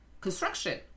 construction